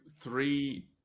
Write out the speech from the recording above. three